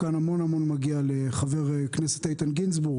כאן המון מגיע לחבר הכנסת איתן גינזבורג